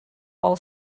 all